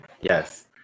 Yes